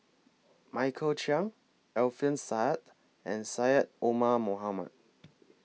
Michael Chiang Alfian Sa'at and Syed Omar Mohamed